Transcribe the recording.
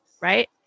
right